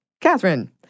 Catherine